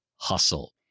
hustle